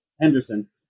Henderson